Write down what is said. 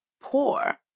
poor